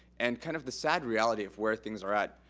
and kind of the sad reality of where things are at,